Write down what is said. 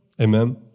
Amen